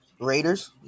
Raiders